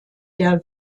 der